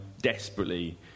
desperately